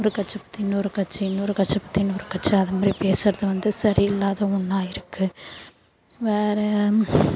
ஒரு கட்சி பற்றி இன்னொரு கட்சி இன்னொரு கட்சி பற்றி இன்னொரு கட்சி அது மாதிரி பேசுகிறது வந்து சரி இல்லாத ஒன்றா இருக்குது வேறு